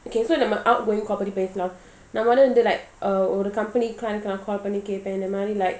okay so நம்ம:namma like uh பத்திபேசலாம்நம்மவந்துஒரு:paththi pesalam namma vandhu oru company client கேட்பேன்:ketpen like